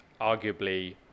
arguably